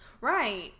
Right